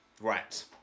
Right